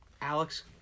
Alex